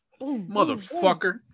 Motherfucker